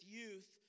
youth